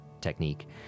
technique